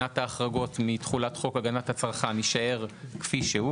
השר ושר האוצר,